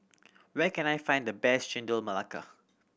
where can I find the best Chendol Melaka